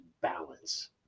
balance